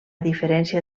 diferència